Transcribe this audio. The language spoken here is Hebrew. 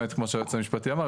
באמת כמו שהיועץ המפשטי אמר,